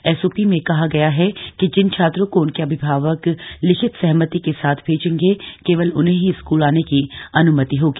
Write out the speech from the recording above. SOP में कहा गया है कि जिन छात्रों को उनके अभिभावक लिखित सहमति के साथ भेजेंगे केवल उन्हें ही स्कूल आने की अनुमति होगी